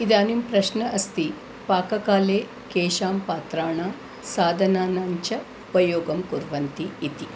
इदानीं प्रश्नम् अस्ति पाककाले केषां पात्राणां साधनाञ्च उपयोगं कुर्वन्ति इति